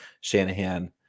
Shanahan